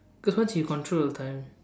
cause once you control the time